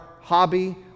hobby